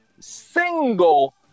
single